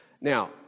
Now